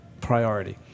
priority